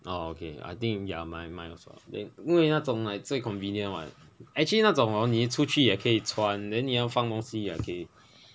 oh okay I think ya mine mine also 因为那种 like 最 convenient [what] actually 那种 hor 你出去也可以穿 then 你要放东西也可以